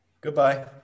Goodbye